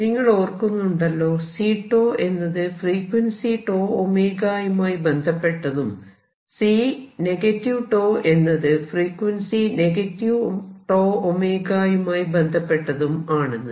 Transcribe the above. നിങ്ങൾ ഓർക്കുന്നുണ്ടല്ലോ C എന്നത് ഫ്രീക്വൻസി τω യുമായി ബന്ധപ്പെട്ടതും C എന്നത് ഫ്രീക്വൻസി τωയുമായി ബന്ധപ്പെട്ടതും ആണെന്ന്